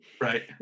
Right